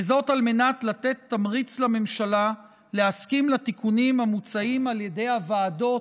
וזאת על מנת לתת תמריץ לממשלה להסכים לתיקונים המוצעים על ידי הוועדות,